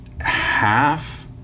half